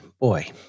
boy